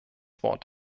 wort